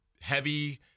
heavy –